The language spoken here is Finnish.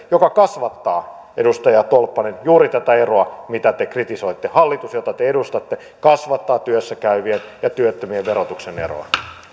joka kasvattaa edustaja tolppanen juuri tätä eroa mitä te kritisoitte hallitus jota te edustatte kasvattaa työssä käyvien ja työttömien verotuksen eroa arvoisa